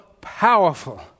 powerful